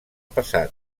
passat